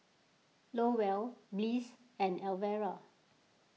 Lowell Bliss and Alvera